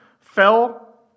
fell